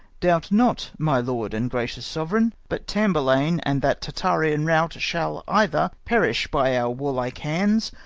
doubt not, my lord and gracious sovereign, but tamburlaine and that tartarian rout shall either perish by our warlike hands,